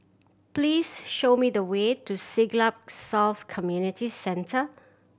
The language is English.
please show me the way to Siglap South Community Centre